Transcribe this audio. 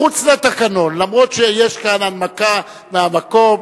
מחוץ לתקנון, אף שיש כאן הנמקה מהמקום,